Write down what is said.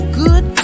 good